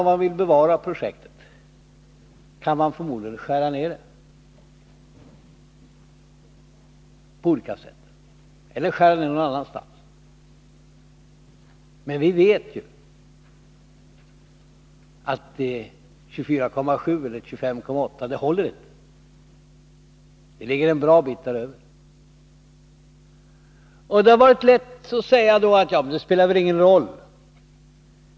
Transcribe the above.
Om man vill bevara projektet kan man förmodligen skära ner det på olika sätt eller göra nedskärningar någon annanstans. Men vi vet att kostnadsberäkningen på 24,7 eller 25,8 miljarder inte håller. Kostnaderna ligger en bra bit däröver. Det hade då varit lätt att säga: Det spelar väl ingen roll.